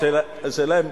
השאלה,